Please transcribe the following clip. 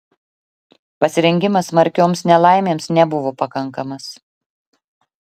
pasirengimas smarkioms nelaimėms nebuvo pakankamas